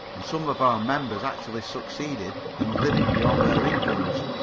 and some of our members actually succeeded in living beyond their incomes.